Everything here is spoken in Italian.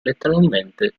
letteralmente